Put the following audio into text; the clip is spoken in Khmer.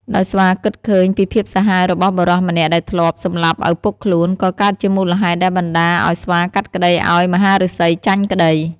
ដោយស្វាគិតឃើញពីភាពសាហាវរបស់បុរសម្នាក់ដែលធ្លាប់សម្លាប់ឱពុកខ្លួន ក៏កើតជាមូលហេតុដែលបណ្តាឱ្យស្វាកាត់ក្តីឱ្យមហាឫសីចាញ់ក្តី។